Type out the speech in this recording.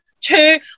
two